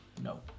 No